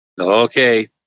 Okay